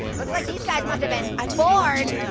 looks like these guys must've been bored.